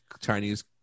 chinese